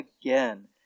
again